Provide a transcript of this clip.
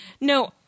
no